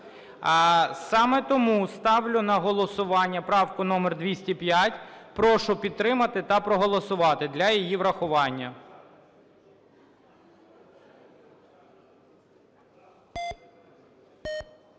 Саме тому ставлю на голосування правку номер 205. Прошу підтримати та проголосувати для її врахування.